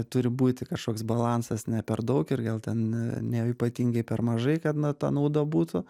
turi būti kažkoks balansas ne per daug ir gal ten ne ypatingai per mažai kad na ta nauda būtų